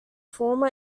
former